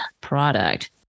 product